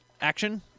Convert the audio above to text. action